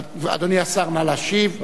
אדוני השר, נא להשיב.